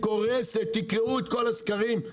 תקראו את כל הסקרים.